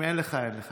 אם אין לך, אין לך.